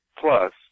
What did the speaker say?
plus